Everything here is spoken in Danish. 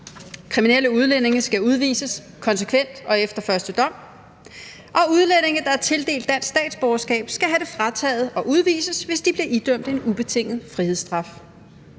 Kriminelle udlændinge skal udvises konsekvent og efter første dom, og udlændinge, der er tildelt dansk statsborgerskab, skal have det frataget og udvises, hvis de bliver idømt en ubetinget frihedsstraf.